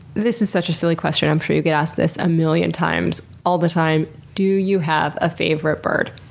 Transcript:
this is such a silly question, i'm sure you get asked this a million times, all the time. do you have a favorite bird?